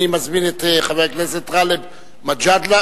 אני מזמין את חבר הכנסת גאלב מג'אדלה,